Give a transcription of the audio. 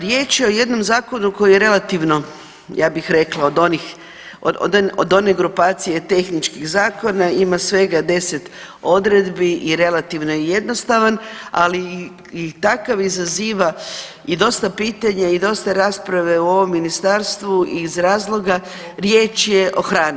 Riječ je o jednom zakonu koji je relativno, ja bih rekla, od onih, od one grupacije tehničkih zakona, ima svega 10 odredbi i relativno je jednostavan, ali i takav izazova i dosta pitanja i dosta rasprave u ovom ministarstvu, iz razloga, riječ je o hrani.